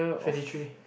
fifty three